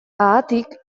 haatik